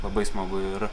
labai smagu ir